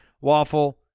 waffle